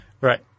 Right